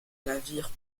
navire